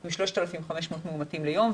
עם 3,500 מאומתים ליום,